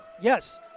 Yes